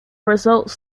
results